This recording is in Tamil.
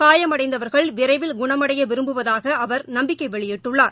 காயமடைந்தவர்கள் விரைவில் குணமடைய விரும்புவதாக அவர் நம்பிக்கை வெளியிட்டுள்ளார்